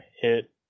hit